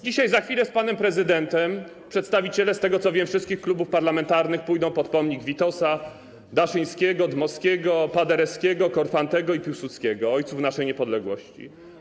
Dzisiaj, za chwilę z panem prezydentem przedstawiciele, z tego, co wiem, wszystkich klubów parlamentarnych pójdą pod pomniki Witosa, Daszyńskiego, Dmowskiego, Paderewskiego, Korfantego i Piłsudskiego - ojców naszej niepodległości.